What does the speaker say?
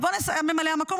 ממלא המקום,